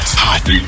hot